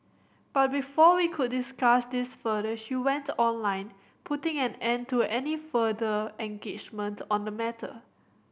but before we could discuss this further she went online putting an end to any further engagement on the matter